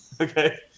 Okay